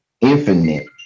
infinite